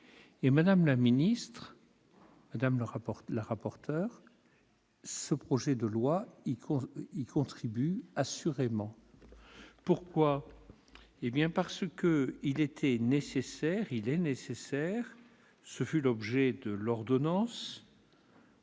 Madame la ministre, madame la rapporteur, ce projet de loi y contribue assurément. Pourquoi ? Parce qu'il est nécessaire- et c'était l'objet de l'ordonnance